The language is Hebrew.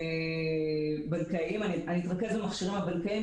אני אתרכז במכשירים הבנקאיים,